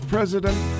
President